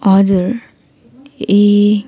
हजुर ए